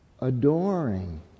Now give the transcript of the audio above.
adoring